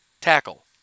tackle